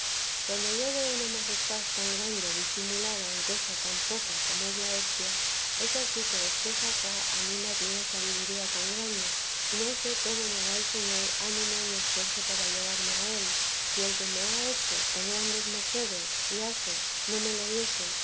cuando yo veo una majestad tan grande disimulada en cosa tan poca como es la hostia es ansí que después acá a mí me admira sabiduría tan grande y no sé cómo me da el señor ánimo y esfuerzo para llegarme a él si el que me ha hecho tan grandes mercedes y hace no me la diese